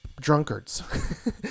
drunkards